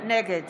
נגד